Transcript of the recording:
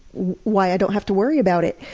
why i don't have to worry about it,